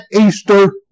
Easter